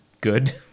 good